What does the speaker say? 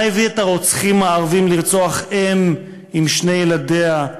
מה הביא את הרוצחים הערבים לרצוח אם עם שני ילדיה,